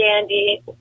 dandy